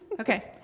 Okay